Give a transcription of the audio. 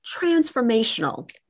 transformational